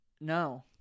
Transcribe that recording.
No